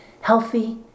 healthy